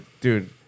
dude